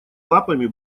лапами